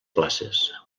places